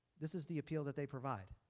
this is the appeal that they provide.